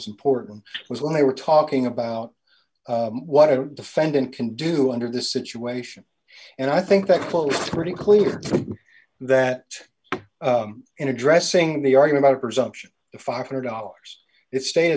was important was when they were talking about what a defendant can do under this situation and i think that quote pretty clear that in addressing the argue about presumption the five hundred dollars is sta